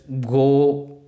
go